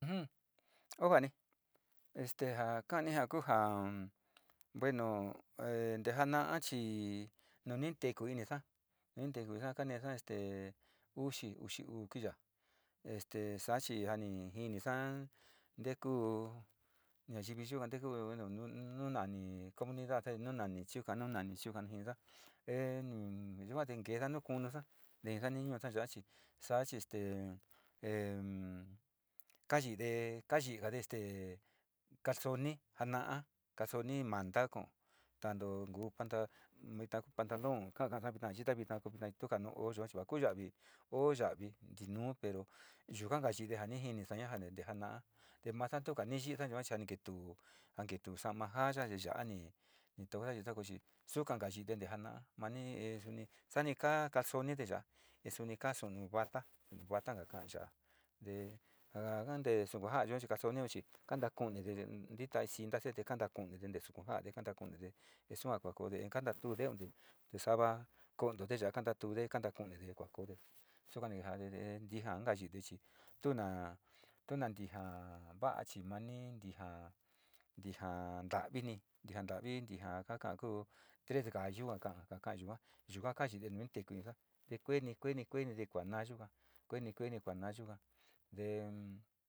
Usum io va'ani este ja kani kua jaja bueno nteja'a chi nu ni nteku jinisa nitekusa konesa uxi, uxiuu kuiya este saa chi a ni jinisa nteku nayivi yua nteku bueno nu nu nani comodidad nu nani chuka, nu nani chuka ni jinisa e nu yuga nikeesa nu kunusa kayigade este calsonpana'a calsoni manta ka'o tanto ni kuu vita kuu pantalón ka ka'asa vita ja yi'i vita tuka nu o yua chi va kuu ya'avi o yaavi ntinuu pero yuka kayide ja ni jinisaña ntente ja ana'a te masa tuka ni yiisa yua a ni ketuu a ni ketuu sa'ama jaa ya'a, ni tuu ja chi suka ni kayi'ide te ja ana'a, manie sani sani ka calsonide ya'a suni ka su'unu vata, vata nika ka'a ya'a te ja ja kente suku ja'ade calsoniu chi kanta ku'unide ntita in cinta te kanta kunide suku ja'ade na kunide te sua kua koode kantatuude konte sava kontode ya'a kantatuuele, kanta kunide te kua koode suka ni jaade de in ntija nikayi'i de chi tu na, tu na ntija va'a chima naani ntija, ntija nta'avini, ntija ka ka'a ja kuu ties de gallu ni ka ka'a yua yuka kayiide nijinisa te kueni kueni kua naa yuka kueni, kueni ni kuanaa yuka.